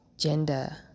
Gender